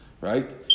right